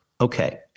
Okay